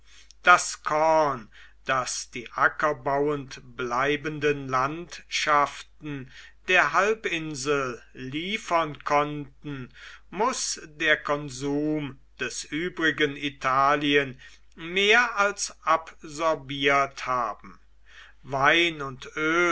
das korn das die ackerbauend bleibenden landschaften der halbinsel liefern konnten muß der konsum des übrigen italien mehr als absorbiert haben wein und